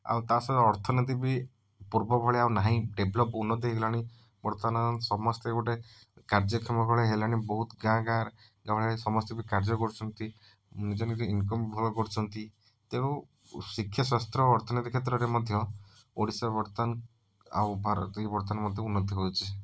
ଆଉ ତା' ସହ ଅର୍ଥନୀତି ବି ପୂର୍ବଭଳିଆ ଆଉ ନାହିଁ ଡେଭେଲପ୍ ଉନ୍ନତି ହେଇଗଲାଣି ବର୍ତ୍ତମାନ ସମସ୍ତେ ଗୋଟେ କାର୍ଯ୍ୟକ୍ଷମ ଭଳି ହେଇଗଲେଣି ବହୁତ ଗାଁ ଗାଁ ଗାଁରେ ସମସ୍ତେ ବି କାର୍ଯ୍ୟ କରୁଛନ୍ତି ନିଜ ନିଜ ଇନକମ୍ ଭଲ କରୁଛନ୍ତି ତେଣୁ ଶିକ୍ଷା ସ୍ୱାସ୍ଥ୍ୟ ଅର୍ଥନୀତି କ୍ଷେତ୍ରରେ ମଧ୍ୟ ଓଡ଼ିଶା ବର୍ତ୍ତମାନ ଆଉ ଭାରତ ବି ବର୍ତ୍ତମାନ ମଧ୍ୟ ଉନ୍ନତି ହୋଇଛି